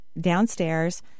downstairs